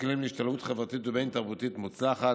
כלים להשתלבות חברתית ובין-תרבותית מוצלחת,